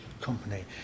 company